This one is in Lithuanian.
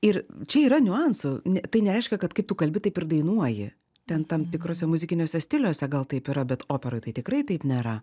ir čia yra niuansų tai nereiškia kad kaip tu kalbi taip ir dainuoji ten tam tikruose muzikiniuose stiliuose gal taip yra bet operoj tai tikrai taip nėra